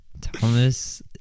Thomas